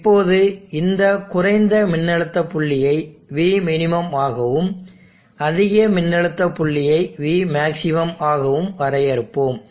இப்போது இந்த குறைந்த மின்னழுத்த புள்ளியை Vmin ஆகவும் அதிக மின்னழுத்த புள்ளியை Vmax ஆகவும் வரையறுப்போம்